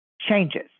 changes